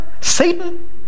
Satan